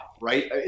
right